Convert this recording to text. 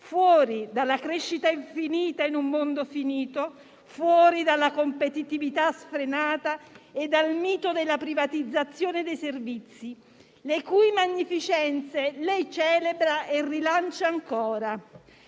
fuori dalla crescita infinita in un mondo finito, fuori dalla competitività sfrenata e dal mito della privatizzazione dei servizi - le cui magnificenze lei celebra e rilancia ancora